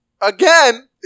again